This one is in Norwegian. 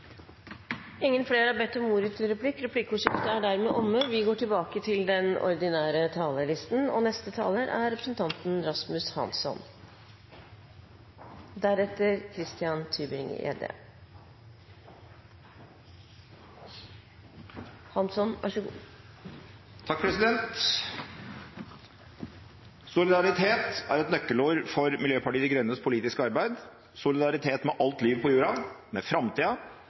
har ikke bedt om ordet til replikk. Solidaritet er et nøkkelord for Miljøpartiet De Grønnes politiske arbeid – solidaritet med alt liv på jorda, med framtida og